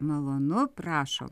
malonu prašom